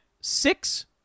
six